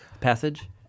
passage